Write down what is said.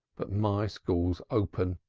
but my school's open,